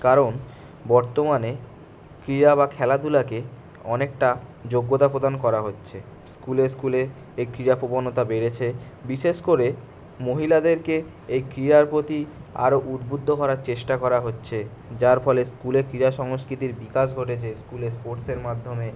কারণ বর্তমানে ক্রীড়া বা খেলাধূলাকে অনেকটা যোগ্যতা প্রদান করা হচ্ছে স্কুলে স্কুলে এই ক্রীড়া প্রবণতা বেড়েছে বিশেষ করে মহিলাদেরকে এই ক্রীড়ার প্রতি আরো উদ্বুদ্ধ করার চেষ্টা করা হচ্ছে যার ফলে স্কুলে ক্রীড়া সংস্কৃতির বিকাশ ঘটেছে স্কুলে স্পোর্টসের মাধ্যমে